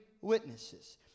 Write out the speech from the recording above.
witnesses